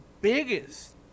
biggest